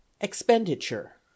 Expenditure